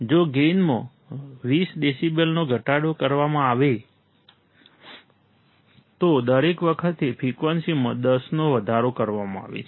જો ગેઇનમાં 20 ડેસિબલનો ઘટાડો કરવામાં આવે તો દરેક વખતે ફ્રિકવન્સીમાં 10 નો વધારો કરવામાં આવે છે